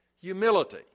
humility